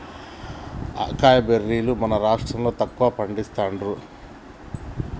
acai బెర్రీలు మన రాష్టం లో తక్కువ పండిస్తాండ్లు